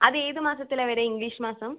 അത് ഏതു മാസത്തിലാണ് വരിക ഇംഗ്ലീഷ് മാസം